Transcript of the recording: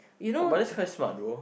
oh mother's friend smart though